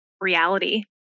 reality